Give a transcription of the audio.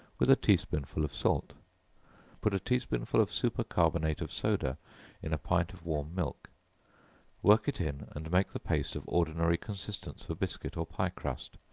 with a tea-spoonful of salt put a tea-spoonful of super carbonate of soda in a pint of warm milk work it in and make the paste of ordinary consistence for biscuit or pie crust,